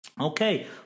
Okay